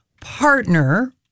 partner